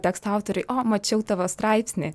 teksto autoriui o mačiau tavo straipsnį